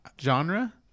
genre